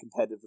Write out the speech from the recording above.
competitively